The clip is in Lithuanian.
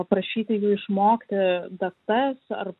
paprašyti jų išmokti datas ar